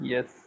Yes